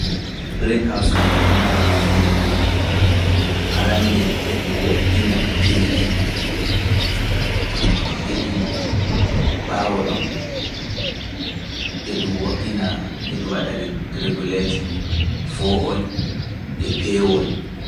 Greenhouse kam e ɗon mari nafuuji ɗuuɗɗi arande e ɗum woɗɗina pilki, e ɓaawo ɗon, e ɗum waɗa régulatin foo’ol e peewol.